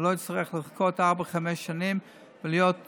הוא לא יצטרך לחכות ארבע-חמש שנים ולראות